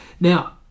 Now